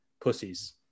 pussies